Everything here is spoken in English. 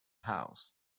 house